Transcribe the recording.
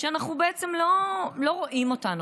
שבעצם לא רואים אותנו,